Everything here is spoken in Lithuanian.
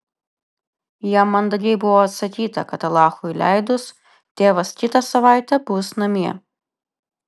jam mandagiai buvo atsakyta kad alachui leidus tėvas kitą savaitę bus namie